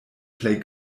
plej